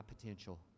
potential